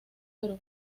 perú